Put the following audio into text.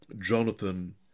Jonathan